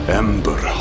ember